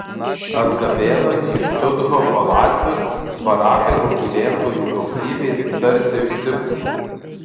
atgabenus į štuthofą latvius barakai nuo gyventojų gausybės tarsi išsipūtė